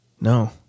No